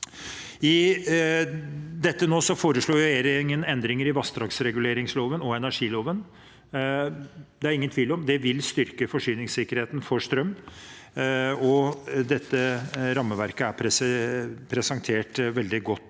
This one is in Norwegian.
Her foreslår regjeringen endringer i vassdragsreguleringsloven og energiloven. Det er ingen tvil om at det vil styrke forsyningssikkerheten for strøm, og dette rammeverket er presentert veldig godt